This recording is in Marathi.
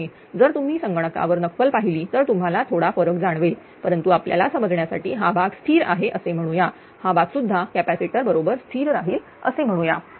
जर तुम्ही संगणकावर नक्कल पाहिली तर तुम्हाला थोडा फरक जाणवेल परंतु आपल्याला समजण्यासाठी हा भाग स्थिर आहेअसे म्हणूया हा भाग सुद्धा कॅपॅसिटर बरोबर स्थिर राहील असे म्हणू या